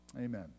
Amen